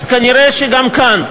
אז, כנראה גם כאן,